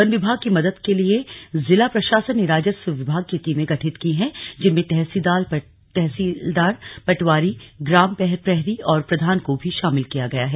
one विभाग की मदद के लिए जिला प्रशासन ने राजस्व विभाग की टीमें गठित की हैं जिसमें तहसीलदार पटवारी ग्राम प्रहरी और प्रधान को भी शामिल किया गया है